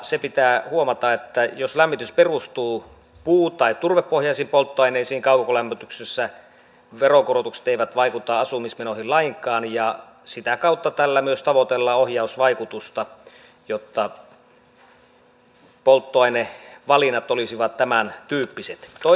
se pitää huomata että jos lämmitys perustuu puu tai turvepohjaisiin polttoaineisiin kaukolämmityksessä veronkorotukset eivät vaikuta asumismenoihin lainkaan ja sitä kautta tällä myös tavoitellaan ohjausvaikutusta jotta polttoainevalinnat olisivat tämäntyyppiset